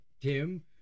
Tim